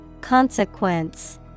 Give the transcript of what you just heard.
Consequence